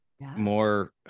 More